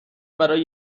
برای